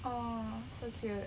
!aww! so cute